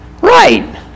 Right